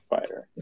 fighter